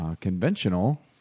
conventional